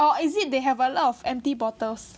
or is it they have a lot of empty bottles